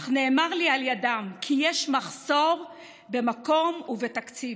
אך נאמר לי על ידם כי יש מחסור במקום ובתקציב.